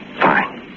Fine